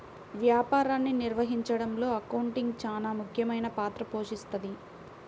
వ్యాపారాన్ని నిర్వహించడంలో అకౌంటింగ్ చానా ముఖ్యమైన పాత్ర పోషిస్తది